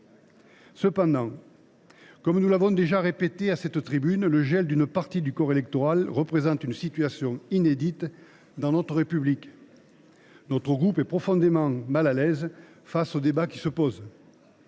Cependant, comme nous l’avons déjà répété à cette tribune, le gel d’une partie du corps électoral représente une situation inédite dans notre République. Notre groupe est profondément mal à l’aise face au débat qui se pose.